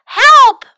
help